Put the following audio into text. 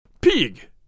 Pig